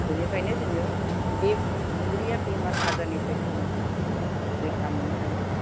बेनिफ्रायनो जोङो बे मेलेरिया बेमार आजारनिफ्राय जोङो रैखा मोन्नो हायो